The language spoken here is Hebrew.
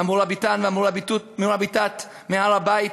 וה"מוראביטון" וה"מוראביטאת" הוצאו מהר-הבית,